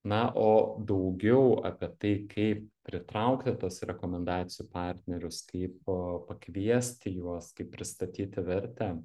na o daugiau apie tai kaip pritraukti tuos rekomendacijų partnerius kaip pakviesti juos kaip pristatyti vertę